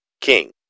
King